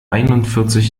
einundvierzig